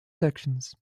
sections